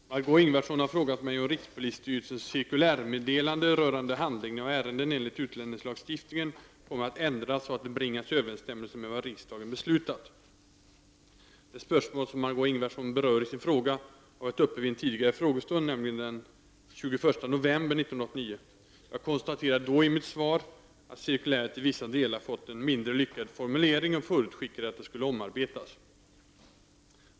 Herr talman! Margö Ingvardsson har frågat mig om rikspolisstyrelsens cirkulärmeddelade rörande handläggningen av ärenden enligt utlänningslagstiftningen kommer att ändras så att det bringas i överensstämmelse med vad riksdagen beslutat. Det spörsmål som Margö Ingvardsson berör i sin fråga har varit uppe vid en tidigare frågestund, närmare bestämt den 21 november 1989. Jag konstaterade då i mitt svar att cirkuläret i vissa delar fått en mindre lyckad formulering och förutskickade att det skulle omarbetas.